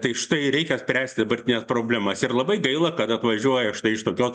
tai štai reikia spręsti dabartines problemas ir labai gaila kad atvažiuoja štai iš itokio